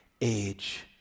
age